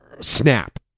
Snap